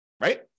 Right